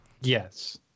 Yes